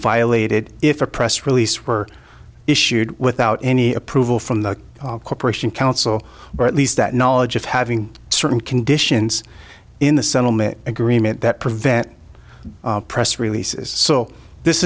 violated if a press release were issued without any approval from the corporation counsel or at least that knowledge of having certain conditions in the settlement agreement that prevent press releases so this